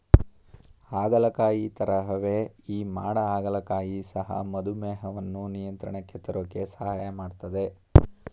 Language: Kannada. ಹಾಗಲಕಾಯಿ ತರಹವೇ ಈ ಮಾಡ ಹಾಗಲಕಾಯಿ ಸಹ ಮಧುಮೇಹವನ್ನು ನಿಯಂತ್ರಣಕ್ಕೆ ತರೋಕೆ ಸಹಾಯ ಮಾಡ್ತದೆ